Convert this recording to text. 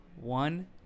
One